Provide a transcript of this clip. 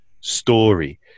story